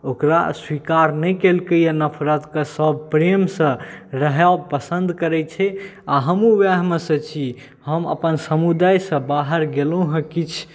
ओकरा स्वीकार नहि केलकैए नफरतके सब प्रेमसँ रहब पसन्द करै छै आओर हमहूँ वएहमेसँ छी हम अपन समुदायसँ बाहर गेलहुँ हँ किछु